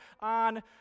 on